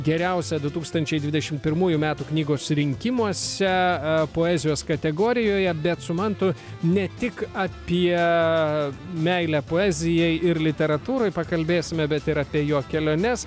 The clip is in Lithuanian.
geriausia du tūkstančiai dvidešimt pirmųjų metų knygos rinkimuose poezijos kategorijoje bet su mantu ne tik apie meilę poezijai ir literatūrai pakalbėsime bet ir apie jo keliones